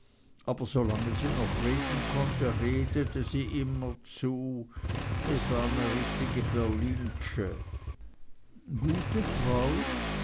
aber solange sie noch reden konnte redete sie immerzu es war ne richtige berlinsche gute frau